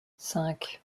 cinq